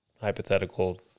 hypothetical